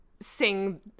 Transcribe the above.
sing